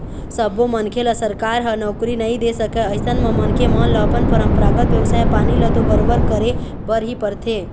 सब्बो मनखे ल सरकार ह नउकरी नइ दे सकय अइसन म मनखे मन ल अपन परपंरागत बेवसाय पानी ल तो बरोबर करे बर ही परथे